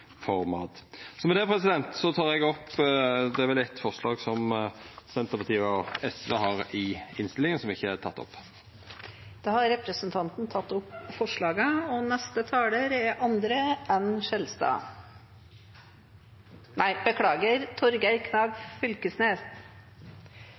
for mat. Med det tek eg opp det forslaget som Senterpartiet og SV har i innstillinga, som ikkje er teke opp. Representanten Geir Pollestad har tatt opp det forslaget han refererte til. Utgangspunktet er,